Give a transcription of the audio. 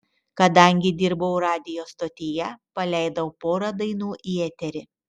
kadangi dirbau radijo stotyje paleidau porą dainų į eterį